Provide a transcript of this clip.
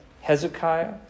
Hezekiah